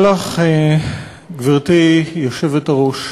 גברתי היושבת-ראש,